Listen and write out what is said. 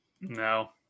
No